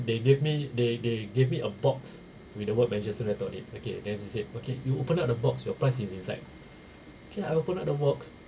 they gave me they they gave me a box with the word manchester letter on it okay then they said okay you open up the box your prize is inside okay I open up the box